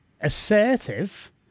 assertive